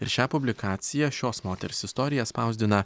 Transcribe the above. ir šią publikaciją šios moters istoriją spausdina